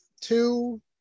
Two